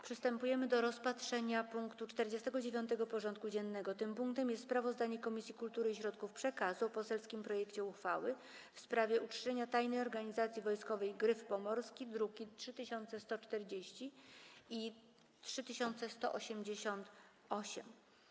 Przystępujemy do rozpatrzenia punktu 49. porządku dziennego: Sprawozdanie Komisji Kultury i Środków Przekazu o poselskim projekcie uchwały w sprawie uczczenia Tajnej Organizacji Wojskowej „Gryf Pomorski” (druki nr 3140 i 3188)